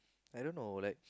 I don't know like